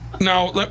now